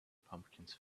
pumpkins